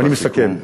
אני מסכם.